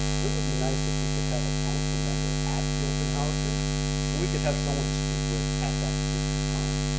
but it would be nice if we could have a council member at the open houses so we could have someone to speak with at that particular time.